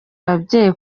ababyeyi